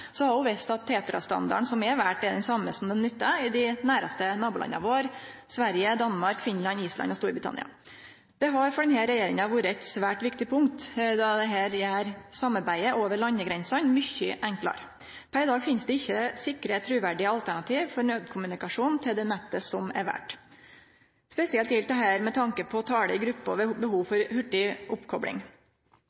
same som ein nyttar i dei næraste nabolanda våre; Sverige, Danmark, Finland, Island og Storbritannia. Dette har for denne regjeringa vore eit svært viktig punkt, då dette gjer samarbeidet over landegrenser mykje enklare. Per i dag finst det ikkje sikre, truverdige alternativ for nødkommunikasjon til det nettet som er vald. Spesielt gjeld dette med tanke på tale i grupper og ved behov